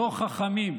לא חכמים.